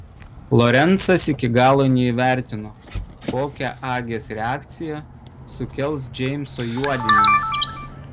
lorencas iki galo neįvertino kokią agės reakciją sukels džeimso juodinimas